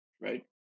right